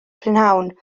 prynhawn